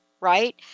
right